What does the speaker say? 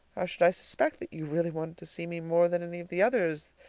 how should i suspect that you really wanted to see me more than any of the others,